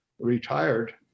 retired